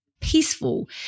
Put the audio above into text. peaceful